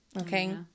Okay